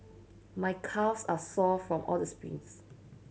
my calves are sore from all the sprints